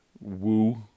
Woo